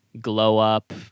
glow-up